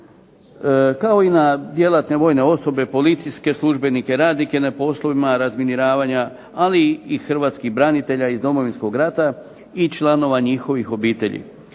kao i na djelatne vojne osobe, policijske službenike, radnike na poslovima razminiravanja, ali i Hrvatskih branitelja iz Domovinskog rata i članova njihovih obitelji.